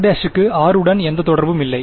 r'க்கு r உடன் எந்த தொடர்பும் இல்லை